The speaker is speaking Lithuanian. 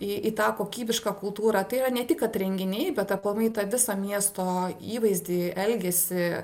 į į tą kokybišką kultūrą tai yra ne tik kad renginiai bet aplamai tą visą miesto įvaizdį elgesį